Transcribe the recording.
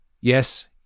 Yes